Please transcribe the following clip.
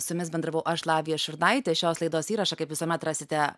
su jumis bendravau aš lavija šurnaitė šios laidos įrašą kaip visuomet rasite